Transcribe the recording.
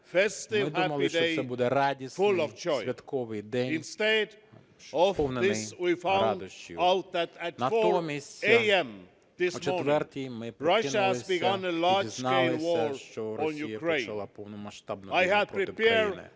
Ми думали, що це буде радісний, святковий день, сповнений радощів. Натомість о 4-й ми прокинулися і дізналися, що Росія почала повномасштабну війну проти України.